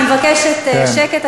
אני מבקשת שקט,